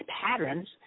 patterns